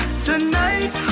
Tonight